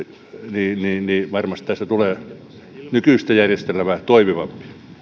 niin niin varmasti tästä tulee nykyistä järjestelmää toimivampi